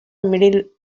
middle